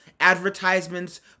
Advertisements